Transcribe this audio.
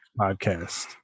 podcast